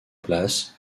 place